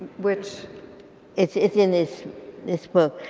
which it's it's in this this book.